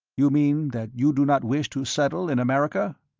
you mean that you do not wish to settle in america?